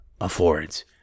affords